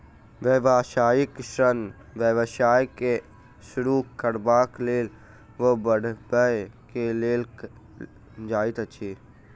व्यवसायिक ऋण व्यवसाय के शुरू करबाक लेल वा बढ़बय के लेल लेल जाइत अछि